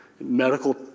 Medical